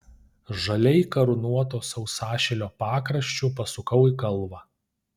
žaliai karūnuoto sausašilio pakraščiu pasukau į kalvą